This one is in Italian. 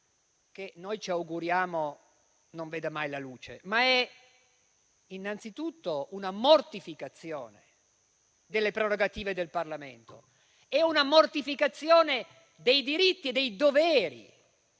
che noi ci auguriamo non veda mai la luce, ma è innanzitutto una mortificazione delle prerogative del Parlamento nonché dei diritti e dei doveri